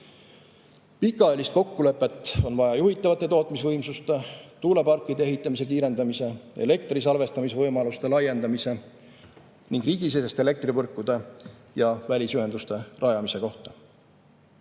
Pikaajalist kokkulepet on vaja juhitavate tootmisvõimsuste ja tuuleparkide ehitamise kiirendamise, elektri salvestamise võimaluste laiendamise ning riigisiseste elektrivõrkude ja välisühenduste rajamise kohta.